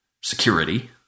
security